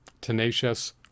tenacious